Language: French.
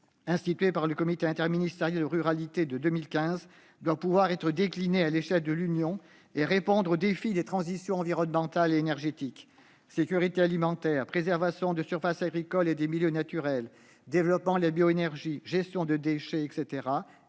institués par le comité interministériel aux ruralités de 2015, doit pouvoir être déclinée à l'échelle de l'Union et répondre aux défis des transitions environnementale et énergétique- sécurité alimentaire, préservation de surfaces agricoles et des milieux naturels, développement de la bioénergie ou encore gestion de déchets -,